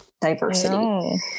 diversity